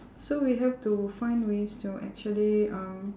so we have to find ways to actually um